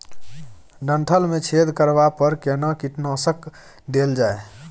डंठल मे छेद करबा पर केना कीटनासक देल जाय?